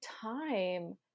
time